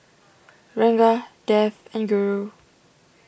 Ranga Dev and Guru